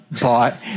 bought